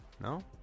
No